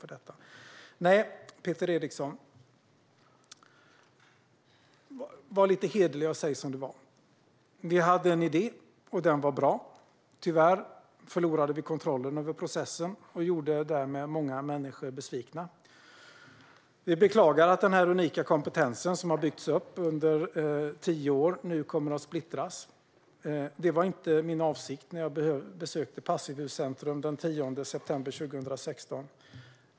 Var nu lite hederlig, Peter Eriksson, och säg som det är: Vi hade en idé, och den var bra. Tyvärr förlorade vi kontrollen över processen och gjorde därmed många människor besvikna. Vi beklagar att den här unika kompetensen, som har byggts upp under tio år, nu kommer att splittras. Det var inte min avsikt när jag besökte Passivhuscentrum den 10 september 2016.